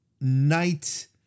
night